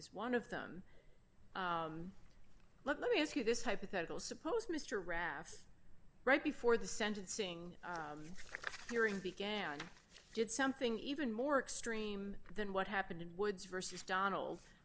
is one of them let me ask you this hypothetical suppose mr ross right before the sentencing hearing began did something even more extreme than what happened in woods versus donald